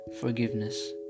forgiveness